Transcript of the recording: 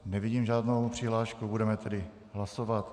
Nevidím žádnou přihlášku, budeme tedy hlasovat.